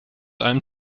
allem